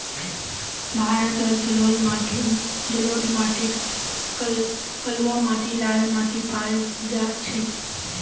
भारतत जलोढ़ माटी कलवा माटी लाल माटी पाल जा छेक